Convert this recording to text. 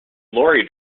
lorry